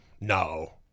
No